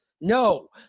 No